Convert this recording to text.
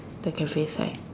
the cafe side